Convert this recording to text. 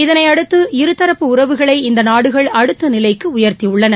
இதனை அடுத்து இருதரப்பு உறவுகளை இந்த நாடுகள் அடுத்த நிலைக்கு உயர்த்தி உள்ளன